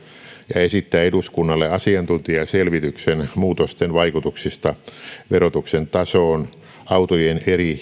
ja esittää eduskunnalle asiantuntijaselvityksen muutosten vaikutuksista verotuksen tasoon autojen eri